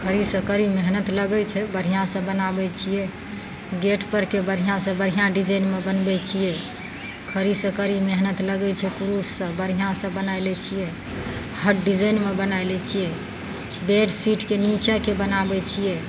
कड़ी सँ कड़ी मेहनत लगय छै बढ़िआँ सँ बनाबय छियै गेट परके बढ़िआँ सँ बढ़िआँ डिजाइनमे बनबय छियै कड़ी सँ कड़ी मेहनत लगय छै कुरूस सँ बढ़िआँ सँ बनाय लै छियै हर डिजाइनमे बनाय लै छियै बेडशीटके नीचाके बनाबय छियै